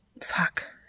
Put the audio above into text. fuck